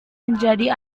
menjadi